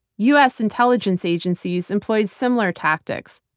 us intelligence agencies employed similar tactics,